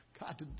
God